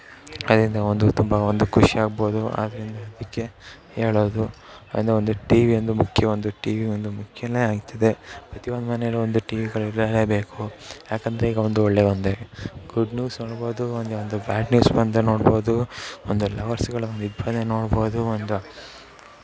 ಅದರಿಂದ ಒಂದು ತುಂಬ ಒಂದು ಖುಷಿ ಆಗ್ಬೋದು ಆದ್ದರಿಂದ ಅದಕ್ಕೆ ಹೇಳೋದು ಅದು ಒಂದು ಟಿವಿ ಒಂದು ಮುಖ್ಯ ಒಂದು ಟಿವಿ ಒಂದು ಮುಖ್ಯನೇ ಆಗ್ತದೆ ಪ್ರತಿ ಒಂದು ಮನೆಯಲ್ಲೂ ಒಂದು ಟಿವಿಗಳು ಇರಲೇಬೇಕು ಯಾಕೆಂದ್ರೆ ಈಗ ಒಂದು ಒಳ್ಳೆ ಒಂದೇ ಗುಡ್ ನ್ಯೂಸ್ ಅನ್ಬೋದು ಒಂದೇ ಒಂದು ಬ್ಯಾಡ್ ನ್ಯೂಸ್ ಬಂದರೆ ನೋಡ್ಬೋದು ಒಂದು ಲವರ್ಸ್ಗಳ ಒಂದು ನೋಡ್ಬೋದು ಒಂದು